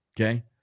Okay